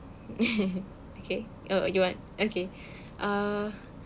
okay oh you want okay uh